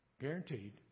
Guaranteed